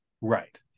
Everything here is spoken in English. Right